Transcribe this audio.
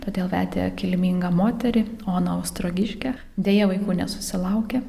todėl vedė kilmingą moterį oną ostrogiškę deja vaikų nesusilaukė